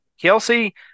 Kelsey